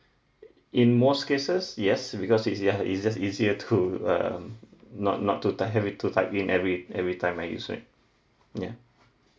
in most cases yes because is ya it's just easier to uh not not to type every to type in every every time I use right ya